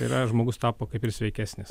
tai yra žmogus tapo kaip ir sveikesnis